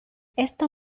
esto